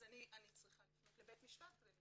אני צריכה לפנות לבית משפט כדי לרשום.